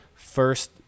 First